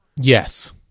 Yes